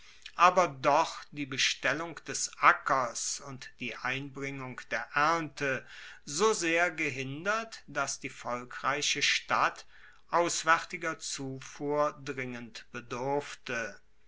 aber doch die bestellung des ackers und die einbringung der ernte so sehr gehindert dass die volkreiche stadt auswaertiger zufuhr dringend bedurfte